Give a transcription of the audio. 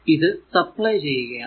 ഇത് സപ്ലൈ ചെയ്യുകയാണ്